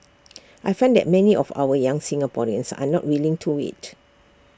I find that many of our young Singaporeans are not willing to wait